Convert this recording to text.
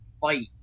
fight